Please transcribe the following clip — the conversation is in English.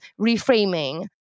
reframing